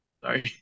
Sorry